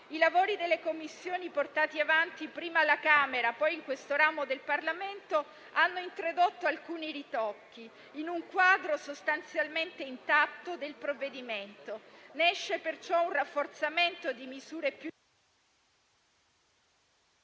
I lavori delle Commissioni, portati avanti prima alla Camera poi in questo ramo del Parlamento, hanno introdotto alcuni ritocchi in un quadro sostanzialmente intatto del provvedimento. Ne esce perciò un rafforzamento di misure più